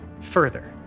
further